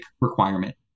requirement